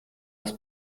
aus